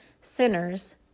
sinners